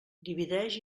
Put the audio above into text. divideix